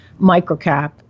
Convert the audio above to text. microcap